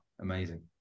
amazing